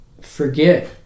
forget